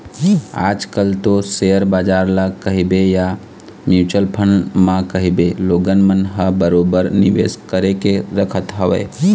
आज कल तो सेयर बजार ल कहिबे या म्युचुअल फंड म कहिबे लोगन मन ह बरोबर निवेश करके रखत हवय